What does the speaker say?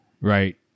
right